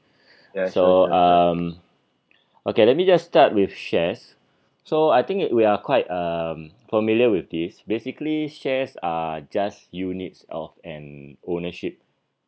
ya so um okay let me just start with shares so I think we are quite um familiar with this basically shares are just units of an ownership